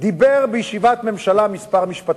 אמר בישיבת הממשלה כמה משפטים.